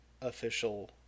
official